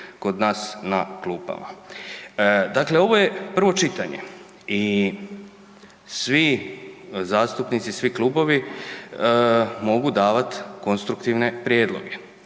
kod nas na klupama. Dakle, ovo je prvo čitanje i svi zastupnici i svi klubovi mogu davat konstruktivne prijedloge.